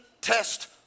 test